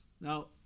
Now